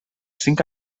cinc